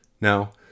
Now